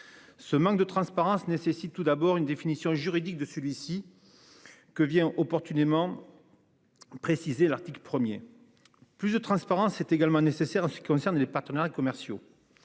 Ce manque de transparence nécessite tout d'abord une définition juridique de celui-ci. Que vient opportunément. Précisé l'article 1er. Plus de transparence est également nécessaire en ce qui concerne les partenaires commerciaux.